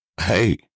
Hey